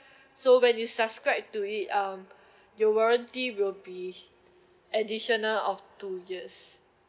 so when you subscribe to it um your warranty will be additional of two years